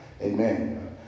Amen